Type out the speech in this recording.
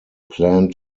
plan